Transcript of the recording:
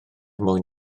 mwyn